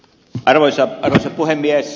arvoisa puhemies